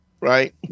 Right